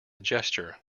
gesture